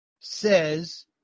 says